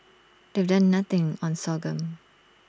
they've done nothing on sorghum